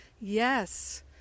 Yes